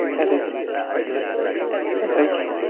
edit the homepage